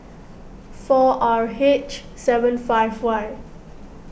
four R H seven five Y